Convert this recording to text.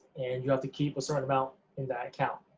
and you have to keep a certain amount in that account,